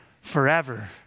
forever